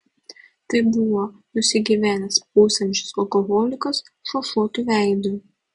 tai buvo nusigyvenęs pusamžis alkoholikas šašuotu veidu